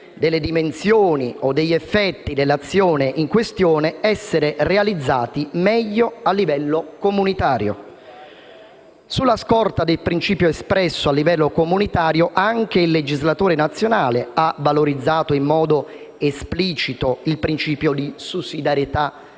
delle dimensioni o degli effetti dell'azione in questione, essere realizzati meglio a livello comunitario. Sulla scorta del principio espresso a livello comunitario anche il legislatore nazionale ha valorizzato in modo esplicito il principio di sussidiarietà